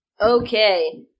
Okay